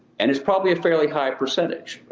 and it's probably a fairly high percentage.